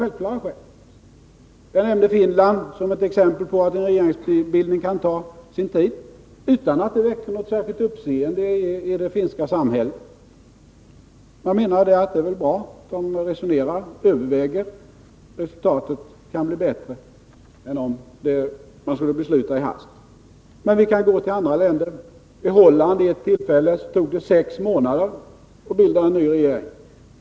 Jag nämnde Finland som ett exempel på att en regeringsbildning kunde ta sin tid utan att det väckte särskilt stort uppseende i det finska samhället. Man menade där att det var bra att först resonera och överväga frågan samt att resultatet kunde bli bättre än om man beslutade i hast. Ett annat exempel är Holland, där det vid ett tillfälle tog sex månader att bilda en ny regering.